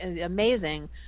amazing